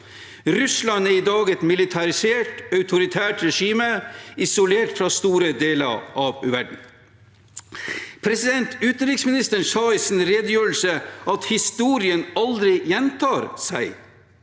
Russland er i dag et militarisert, autoritært regime isolert fra store deler av verden. Utenriksministeren sa i sin redegjørelse at historien aldri gjentar seg.